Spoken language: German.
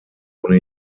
ohne